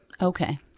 Okay